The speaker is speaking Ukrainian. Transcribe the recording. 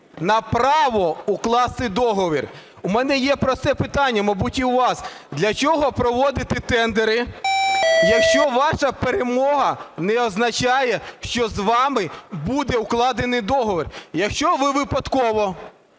на право укласти договір. У мене є просте питання, мабуть, і у вас. Для чого проводити тендери, якщо ваша перемога не означає, що з вами будемо укладений договір? Якщо ви випадково